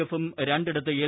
എഫും രണ്ടിടത്ത് എൽ